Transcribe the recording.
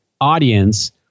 audience